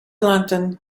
lantern